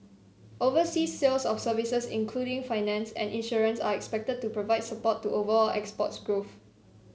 overseas sales of services including finance and insurance are expected to provide support to overall exports growth